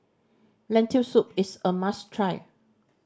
Lentil Soup is a must try